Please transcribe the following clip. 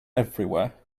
everywhere